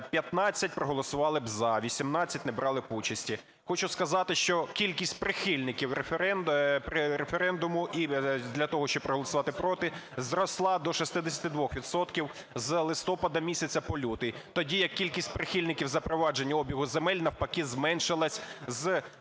15 проголосували б "за", 18 не брали б участі. Хочу сказати, що кількість прихильників референдуму і для того, щоб проголосувати "проти" зросла до 66 відсотків з листопада місяця по лютий. Тоді як кількість прихильників запровадження обігу земель навпаки зменшилась з